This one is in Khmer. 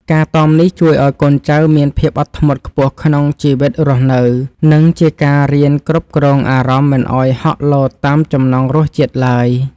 ការតមនេះជួយឱ្យកូនចៅមានភាពអត់ធ្មត់ខ្ពស់ក្នុងជីវិតរស់នៅ និង ជាការរៀនគ្រប់គ្រងអារម្មណ៍មិនឱ្យហក់លោតតាមចំណង់រសជាតិឡើយ។